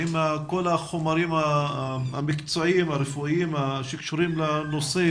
האם כל החומרים המקצועיים והרפואיים שקשורים לנושא